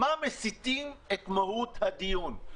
למה מסיטים את מהות הדיון?